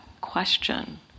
question